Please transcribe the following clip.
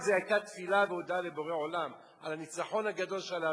זו היתה תפילה והודיה לבורא עולם על הניצחון הגדול של עם ישראל.